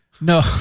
No